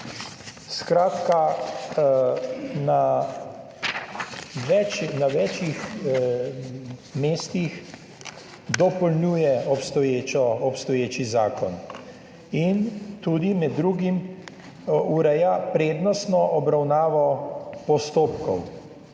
Skratka na večih mestih dopolnjuje obstoječi zakon in tudi med drugim ureja prednostno obravnavo postopkov